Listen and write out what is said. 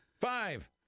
Five